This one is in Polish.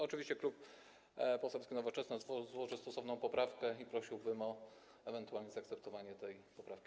Oczywiście Klub Poselski Nowoczesna złoży stosowną poprawkę i prosiłbym o ewentualne zaakceptowanie tej poprawki.